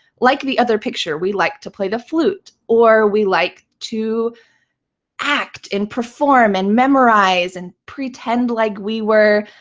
like the other picture. we liked to play the flute or we liked like to act and perform and memorize and pretend like we were